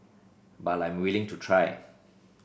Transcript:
but I'm willing to try